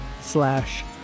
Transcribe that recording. slash